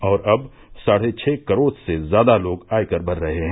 और अब साढ़े छ करोड़ से ज़्यादा लोग आयकर भर रहे हैं